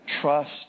trust